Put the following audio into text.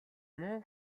муу